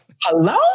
Hello